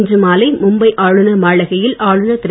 இன்று மாலை மும்பை ஆளுனர் மாளிகையில் ஆளுனர் திரு